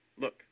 Look